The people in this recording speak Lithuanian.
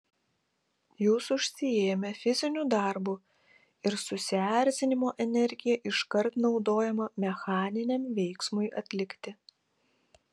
jūs užsiėmę fiziniu darbu ir susierzinimo energija iškart naudojama mechaniniam veiksmui atlikti